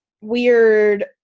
weird